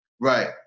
Right